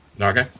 Okay